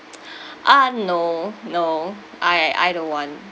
ah no no I I don't want